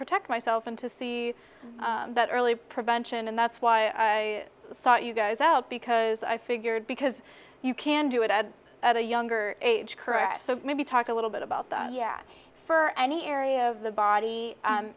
protect myself and to see that early prevention and that's why i sought you guys out because i figured because you can do it at a younger age correct maybe talk a little bit about that yet for any area of the body